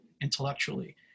intellectually